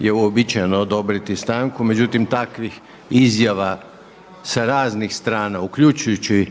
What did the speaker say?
je uobičajeno odobriti stanku, međutim takvih izjava sa raznih strana uključujući